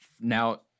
now